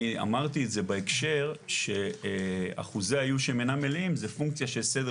אמרתי את זה בהקשר שאחוזי האיוש שאינם מלאים זה פונקציה של סדר